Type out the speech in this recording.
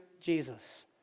Jesus